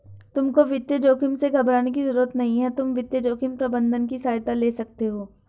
तुमको वित्तीय जोखिम से घबराने की जरूरत नहीं है, तुम वित्तीय जोखिम प्रबंधन की सहायता ले सकते हो